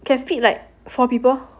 can feed like four people